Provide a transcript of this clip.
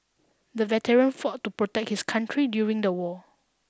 the veteran fought to protect his country during the war